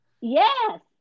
Yes